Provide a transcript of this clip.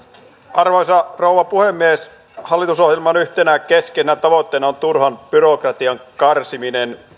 arvoisa rouva puhemies hallitusohjelman yhtenä keskeisenä tavoitteena on turhan byrokratian karsiminen